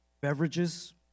beverages